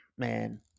Man